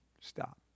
Stop